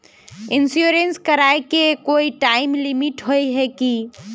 Insurance कराए के कोई टाइम लिमिट होय है की?